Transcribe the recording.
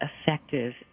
effective